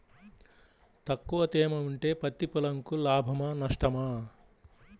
తక్కువ తేమ ఉంటే పత్తి పొలంకు లాభమా? నష్టమా?